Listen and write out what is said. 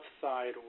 side